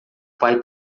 pai